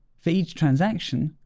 for each transaction,